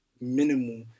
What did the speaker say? minimal